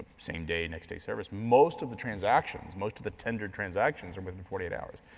same day, next day service. most of the transactions, most of the tendered transactions are within forty eight hours.